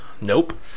Nope